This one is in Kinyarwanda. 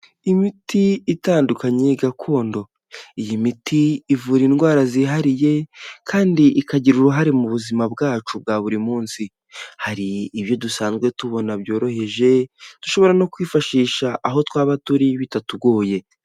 Imiti itandukanye gakondo, iyi miti ivura indwara zihariye kandi ikagira uruhare mu buzima bwacu bwa buri munsi, hari ibyo dusanzwe tubona byoroheje, dushobora no kwifashisha aho twaba turi bitatugoye.